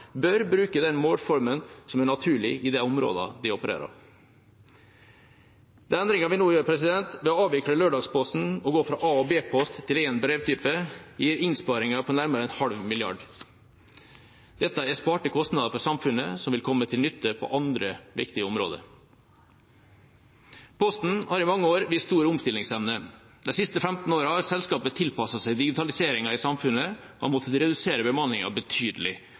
bør bruke den målformen som er naturlig i de områdene de opererer i. De endringene vi nå gjør ved å avvikle lørdagsposten og gå fra A- og B-post til én brevtype, gir innsparinger på nærmere en halv milliard kroner. Dette er sparte kostnader for samfunnet som vil komme til nytte på andre viktige områder. Posten har i mange år vist stor omstillingsevne. De siste 15 årene har selskapet tilpasset seg digitaliseringen i samfunnet og har måttet redusere bemanningen betydelig,